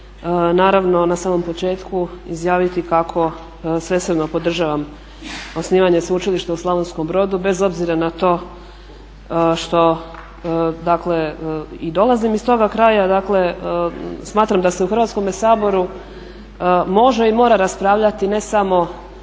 naravno na samom početku izjaviti kako svesrdno podržavam osnivanje sveučilišta u Slavonskom Brodu bez obzira na to što dakle i dolazim iz toga kraja. Dakle smatram da se u Hrvatskome saboru može i mora raspravljati ne samo